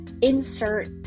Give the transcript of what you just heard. insert